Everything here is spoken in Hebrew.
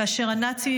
כאשר הנאצים,